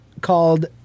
called